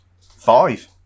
Five